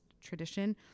tradition